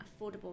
affordable